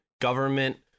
government